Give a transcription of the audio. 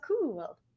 cool